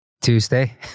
Tuesday